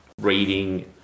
reading